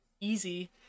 easy